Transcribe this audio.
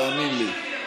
תאמין לי.